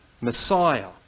Messiah